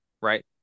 right